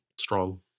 Strong